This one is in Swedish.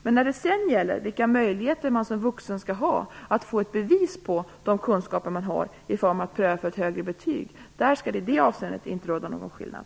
Men när det sedan gäller vilka möjligheter man skall ha som vuxen att få ett bevis på de kunskaper man har i form av att kunna pröva för ett högre betyg skall det i det avseendet inte råda någon skillnad.